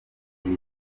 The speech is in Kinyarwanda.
kuri